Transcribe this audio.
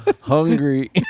hungry